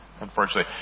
Unfortunately